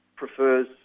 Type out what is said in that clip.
prefers